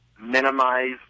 minimize